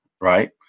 right